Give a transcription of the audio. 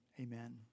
Amen